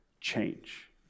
change